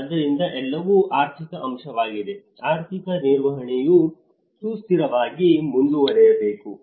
ಆದ್ದರಿಂದ ಎಲ್ಲವೂ ಆರ್ಥಿಕ ಅಂಶವಾಗಿದೆ ಆರ್ಥಿಕ ನಿರ್ವಹಣೆಯು ಸುಸ್ಥಿರವಾಗಿ ಮುಂದುವರಿಯಬೇಕು